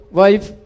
wife